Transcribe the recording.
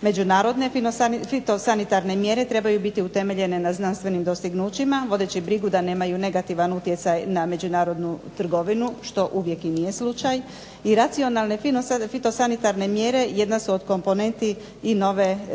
Međunarodne fito sanitarne mjere trebaju biti utemeljene na znanstvenim dostignućima, vodeći brigu da nemaju negativan utjecaj na međunarodnu trgovinu, što uvijek i nije slučaj i racionalne fitosanitarne mjere jedna su od